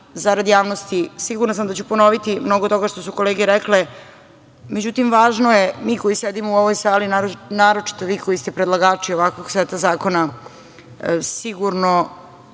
zarad javnosti, sigurna sam da ću ponoviti mnogo toga što su kolege rekle, međutim, važno je, mi koji sedimo u ovoj sali, naročito vi koji ste predlagači ovakvog seta zakona, sigurno